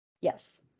Yes